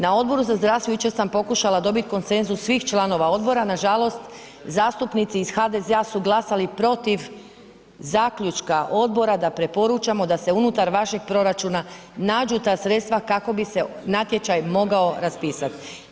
Na Odboru za zdravstvo jučer sam pokušala dobiti konsenzus svih članova odbora, nažalost, zastupnici iz HDZ-a su glasali protiv Zaključka odbora da preporučamo da se unutar vašeg proračuna nađu ta sredstva kako bi se natječaj mogao raspisati.